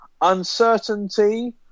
uncertainty